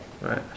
right